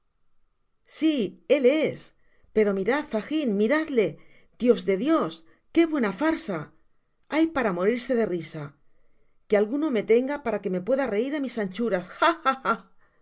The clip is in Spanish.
si el es pero mirad fagin miradle diosde dios qué buena farsa l hay para morirse de risa que alguno me tenga para que pueda reir á mis anchuras